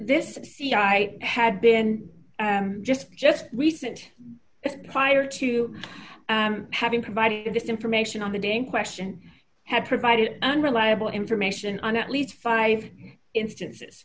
this c i had been just just recent prior to having provided this information on the day in question had provided unreliable information on at least five instances